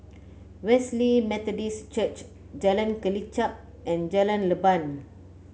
Wesley Methodist Church Jalan Kelichap and Jalan Leban